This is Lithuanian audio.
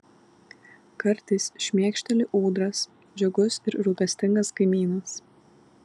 kartais šmėkšteli ūdras džiugus ir rūpestingas kaimynas